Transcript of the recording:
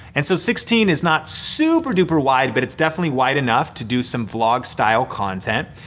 and so sixteen is not super duper wide, but it's definitely wide enough to do some vlog style content.